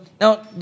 Now